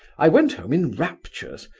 i went home in raptures,